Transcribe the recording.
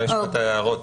אולי נשמע את ההערות.